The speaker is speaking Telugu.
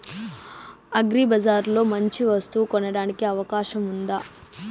అగ్రిబజార్ లో మంచి వస్తువు కొనడానికి అవకాశం వుందా?